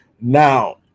Now